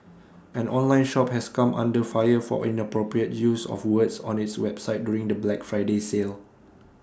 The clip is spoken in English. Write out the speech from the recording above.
an online shop has come under fire for inappropriate use of words on its website during the Black Friday sale